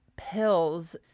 pills